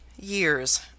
years